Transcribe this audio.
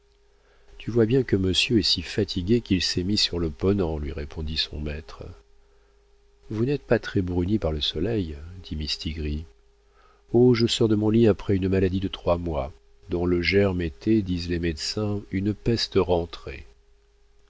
tu vois bien que monsieur est si fatigué qu'il s'est mis sur le ponant lui répondit son maître vous n'êtes pas très bruni par le soleil dit mistigris oh je sors de mon lit après une maladie de trois mois dont le germe était disent les médecins une peste rentrée